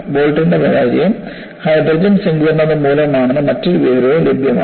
ബോൾട്ടിന്റെ പരാജയം ഹൈഡ്രജൻ സങ്കീർണത മൂലമാണെന്ന് മറ്റൊരു വിവരവും ലഭ്യമാണ്